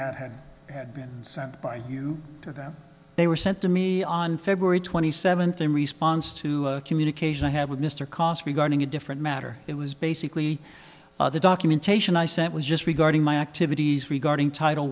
at had had been sent by you to them they were sent to me on february twenty seventh in response to a communication i have with mr cos regarding a different matter it was basically the documentation i sent was just regarding my activities regarding title